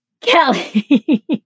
Kelly